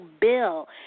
Bill